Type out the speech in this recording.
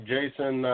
Jason